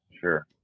Sure